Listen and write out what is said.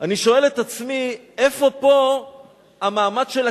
אני שואל את עצמי: איפה פה המעמד של הקדושה?